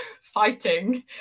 fighting